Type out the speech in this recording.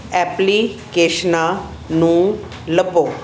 ਐਪਲੀਕੇਸ਼ਨਾਂ ਨੂੰ ਲੱਭੋ